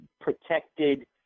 protected